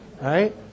Right